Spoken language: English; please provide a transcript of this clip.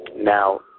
Now